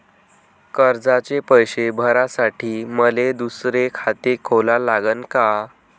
कर्जाचे पैसे भरासाठी मले दुसरे खाते खोला लागन का?